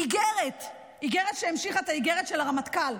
איגרת שהמשיכה את האיגרת של הרמטכ"ל,